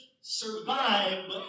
survive